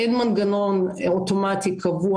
אין מנגנון אוטומטי קבוע,